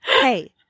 hey